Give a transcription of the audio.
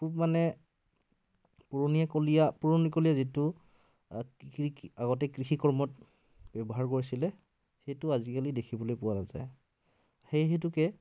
খুব মানে পুৰণিকলীয়া পুৰণিকলীয়া যিটো কৃষিৰ আগতে কৃষি কৰ্মত ব্য়ৱহাৰ কৰিছিলে সেইটো আজিকালি দেখিবলৈ পোৱা নায়ায় সেই হেতুকে